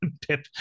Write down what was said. Pip